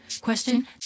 Question